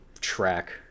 track